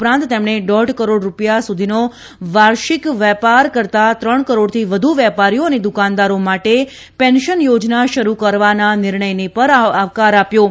ઉપરાંત તેમણે દોઢ કરોડ રૂપિયા સુધીનો વાર્ષિક વેપાર કરતાં ત્રણ કરોડથી વધુ વેપારીઓ અને દુકાનદારો માટે પેન્શન યોજના શરૂ કરવાના નિર્ણયને પણ આવકાર આપ્યો હતો